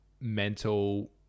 mental